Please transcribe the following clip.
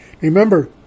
Remember